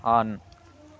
on